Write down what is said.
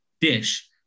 dish